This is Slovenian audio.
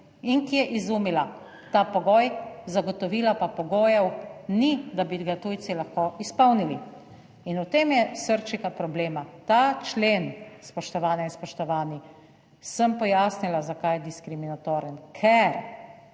in ki je izumila ta pogoj, zagotovila pa pogojev ni, da bi ga tujci lahko izpolnili, in v tem je srčika problema. Ta člen, spoštovane in spoštovani, sem pojasnila, zakaj je diskriminatoren, ker